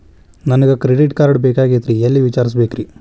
ನನಗೆ credit card ಬೇಕಾಗಿತ್ರಿ ಎಲ್ಲಿ ವಿಚಾರಿಸಬೇಕ್ರಿ?